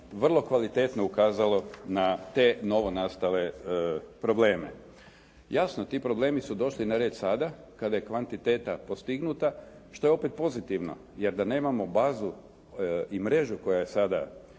vrlo kvalitetno ukazalo na te novonastale probleme. Jasno, ti problemi su došli na red sada kada je kvantiteta postignuta, što je opet pozitivno jer da nemamo bazu i mrežu koja je sada